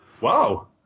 Wow